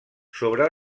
sobre